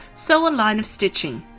sew a line of stitching.